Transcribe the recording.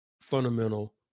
fundamental